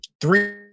Three